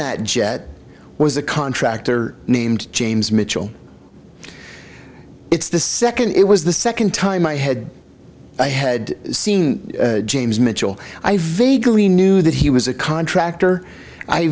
that jet was a contractor named james mitchell it's the second it was the second time i had i had seen james mitchell i vaguely knew that he was a contractor i